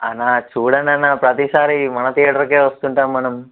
అన్న చూడండి అన్న ప్రతిసారి మన థియేటర్కే వస్తుంటాం మనం